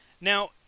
Now